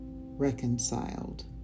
reconciled